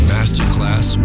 Masterclass